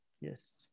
Yes